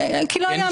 כי הם לא יעמדו,